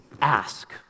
ask